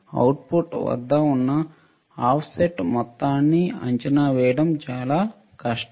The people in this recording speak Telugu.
అవుట్పుట్ వద్ద ఉన్న ఆఫ్సెట్ మొత్తాన్ని అంచనా వేయడం చాలా కష్టం